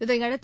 இதனையடுத்து